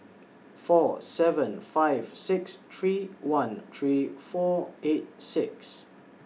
four seven five six three one three four eight six